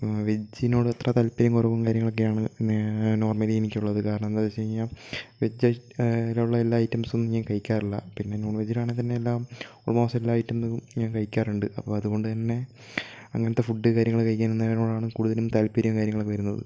വെജ്ജിനോട് അത്ര താത്പര്യം കുറവും കാര്യങ്ങളൊക്കെയാണ് നോർമലി എനിക്കുള്ളത് കാരണം എന്താണെന്ന് വെച്ച് കഴിഞ്ഞാൽ വെജ് ഐറ്റത്തിലുള്ള എല്ലാ ഐറ്റംസും ഞാൻ കഴിക്കാറില്ല പിന്നെ നോൺ വെജ്ജിലാണെങ്കിൽ തന്നെ എല്ലാ ഓൾമോസ്റ്റ് എല്ലാ ഐറ്റംസും ഞൻ കഴിക്കാറുണ്ട് അപ്പോൾ അതു കൊണ്ടുതന്നെ അങ്ങനത്തെ ഫുഡ് കാര്യങ്ങൾ കഴിക്കുന്നതിനോടാണ് കൂടുതലും താത്പര്യവും കാര്യങ്ങളൊക്കെ വരുന്നത്